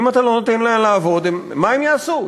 אם אתה לא נותן להם לעבוד, מה הם יעשו?